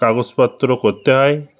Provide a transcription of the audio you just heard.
কাগজপত্র করতে হয়